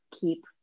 keep